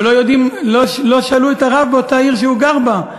ולא שאלו את הרב באותה עיר שהוא גר בה,